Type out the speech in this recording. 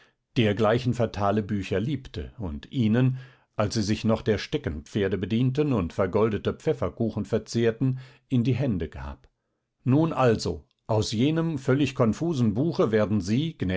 dergleichen fatale bücher liebte und ihnen als sie sich noch der steckenpferde bedienten und vergoldete pfefferkuchen verzehrten in die hände gab nun also aus jenem völlig konfusen buche werden sie